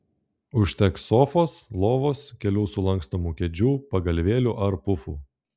užteks sofos lovos kelių sulankstomų kėdžių pagalvėlių ar pufų